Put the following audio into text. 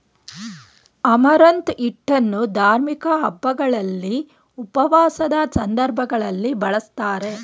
amaranth ಹಿಟ್ಟನ್ನು ಧಾರ್ಮಿಕ ಹಬ್ಬಗಳಲ್ಲಿ, ಉಪವಾಸದ ಸಂದರ್ಭಗಳಲ್ಲಿ ಬಳ್ಸತ್ತರೆ